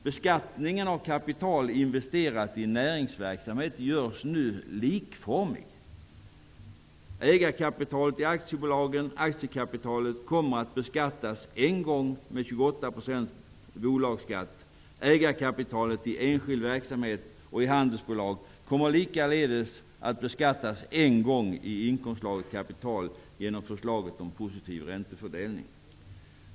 Ägarkapitalet i aktiebolagen, aktiekapitalet, kommer att beskattas en gång med 28 % bolagsskatt. Ägarkapitalet i enskild verksamhet och i handelsbolag kommer likaledes att beskattas en gång i inkomstslaget kapital genom förslaget om positiv räntefördelning.